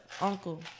uncle